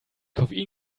koffein